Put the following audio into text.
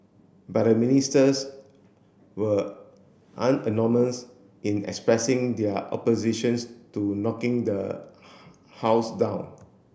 but the Ministers were in expressing their oppositions to knocking the house down